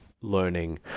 learning